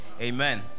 Amen